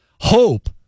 Hope